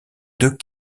deux